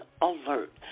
alert